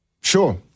Sure